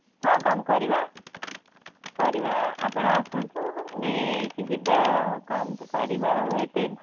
ହଁ କମ୍ କରିବା କରିବା ଆପଣ ଆସନ୍ତୁ ନେଇକି ଯିବେ ଆଉ କମ୍ ତ କରିବା ଆଉ ଏତେ